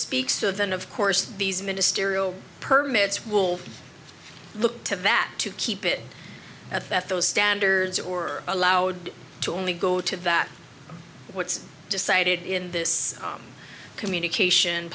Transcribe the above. speak so that of course these ministerial permits will look to that to keep it at that those standards or allowed to only go to that what's decided in this communication